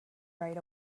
right